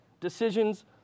decisions